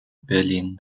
berlin